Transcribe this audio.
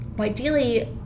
Ideally